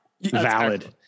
Valid